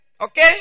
Okay